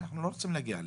אנחנו לא רוצים להגיע לפה.